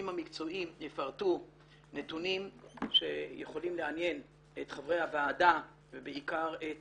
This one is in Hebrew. המקצועיים יפרטו נתונים שיכולים לעניין את חברי הוועדה ובעיקר את